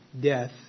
death